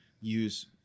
use